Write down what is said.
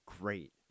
great